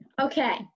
Okay